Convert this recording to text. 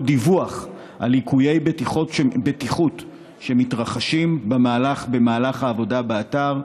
דיווח על ליקויי בטיחות שמתרחשים במהלך העבודה באתר,